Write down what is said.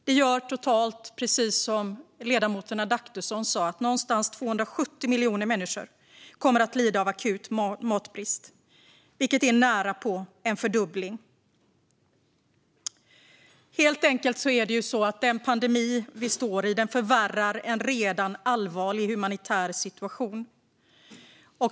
Det gör totalt att, precis som ledamoten Adaktusson sa, ungefär 270 miljoner människor kommer att lida av akut matbrist, vilket är närapå en fördubbling. Den pandemi vi står i förvärrar en redan allvarlig humanitär situation.